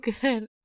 good